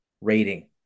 rating